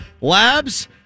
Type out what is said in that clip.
Labs